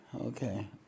Okay